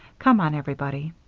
come on, everybody.